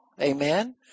Amen